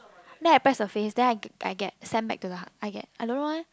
then I press the face then I I get send back to the I get I don't know eh